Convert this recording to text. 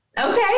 Okay